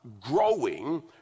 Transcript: growing